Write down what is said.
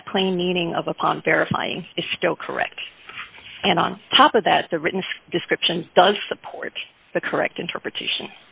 on that plane meaning of upon verifying is still correct and on top of that the written description does support the correct interpretation